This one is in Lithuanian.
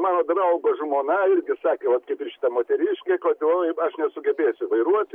mano draugo žmona irgi sakė vat šita moteriškė kad oj aš nesugebėsiu vairuoti